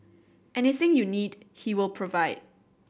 anything you need he will provide